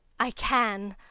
i can.